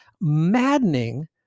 maddening